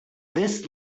this